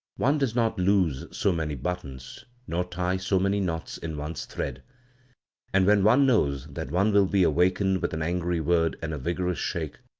one does not lose so many buttons nor tie so many knots in one'sthread and when one knows that one will be awakened with an angry word and a vigorous shake,